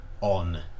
on